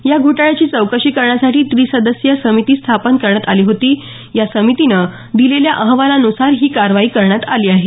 या घोटाळ्याची चौकशी करण्यासाठी त्रिसदस्यीय समिती स्थापन करण्यात आली होती या समितीने दिलेल्या अहवालानुसार ही कारवाई करण्यात आली आहे